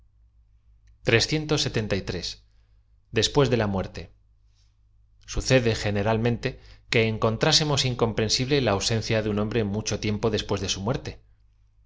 después de la muerte sucede generalmente que encontrásemos incom prensible la ausencia de un hombre mucho tiempo después de su muerte